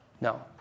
No